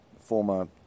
former